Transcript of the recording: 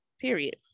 period